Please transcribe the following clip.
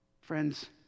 friends